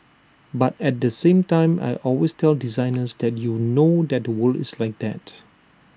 but at the same time I always tell designers that you know that the world is like that